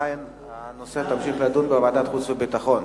הנושא ימשיך לדיון בוועדת החוץ והביטחון,